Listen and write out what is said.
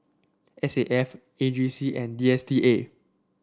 S A F A G C and D S T A